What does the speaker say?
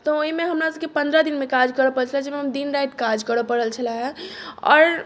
तऽ ओहिमे हमरा सबकेँ पन्द्रह दिनमे काज करै पड़ल छलै हँ जाहिमे हम दिन राति काज करै पड़ल छलै हँ आओर